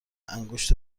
انگشت